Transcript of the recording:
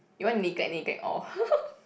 you want neglect neglect all